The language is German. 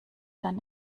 dann